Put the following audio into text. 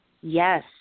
Yes